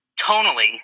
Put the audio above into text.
tonally